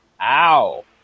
Ow